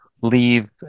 leave